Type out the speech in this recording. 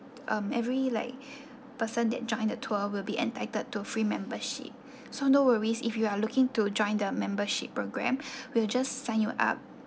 um every like person that joined the tour will be entitled to free membership so no worries if you are looking to join the membership program we'll just sign you up